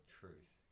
truth